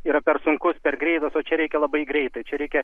yra per sunkus per greitas o čia reikia labai greitai čia reikia